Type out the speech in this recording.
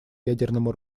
ядерному